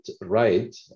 right